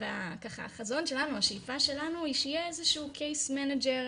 החזון שלנו השאיפה שלנו היא שיהיה איזשהו קייס מנג'ר,